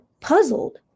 puzzled